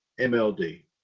MLD